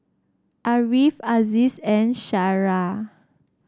Ariff Aziz and Syirah